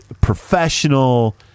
professional